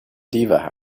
diva